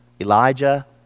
Elijah